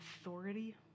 authority